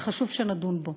וחשוב שנדון בו.